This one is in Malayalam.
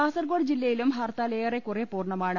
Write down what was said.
കാസർകോട് ജില്ലയിലും ഹർത്താൽ ഏറെക്കുറെ പൂർണമാണ്